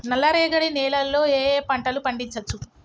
నల్లరేగడి నేల లో ఏ ఏ పంట లు పండించచ్చు?